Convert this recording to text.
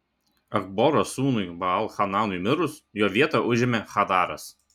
achboro sūnui baal hananui mirus jo vietą užėmė hadaras